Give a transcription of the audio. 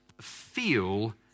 feel